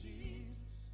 Jesus